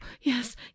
yes